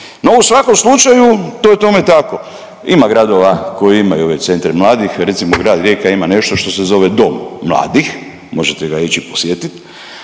u svakom slučaju, to je tome tako. Ima gradova koji imaju već centre mladih, recimo, grad Rijeka ima nešto što se zove Dom mladih, možete ga ići posjetiti,